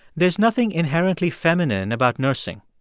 there's nothing inherently feminine about nursing.